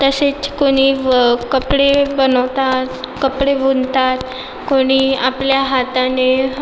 तसेच कोणी कपडे बनवतात कपडे विणतात कोणी आपल्या हाताने